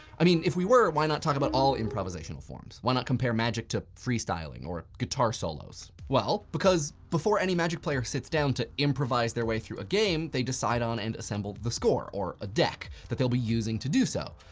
i mean, if we were, why not talk about all improvisational forms? why not compare magic to free styling or guitar solos? well, because before any magic player sits down to improvise their way through a game they decide on and assemble the score, or a deck, that they'll be using to do so.